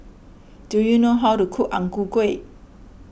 do you know how to cook Ang Ku Kueh